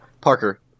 Parker